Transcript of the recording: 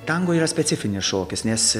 tango yra specifinis šokis nes